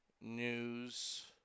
News